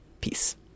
Peace